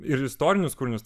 ir istorinius kūrinius